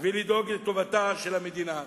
ולדאוג לטובתה של המדינה.